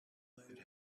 lead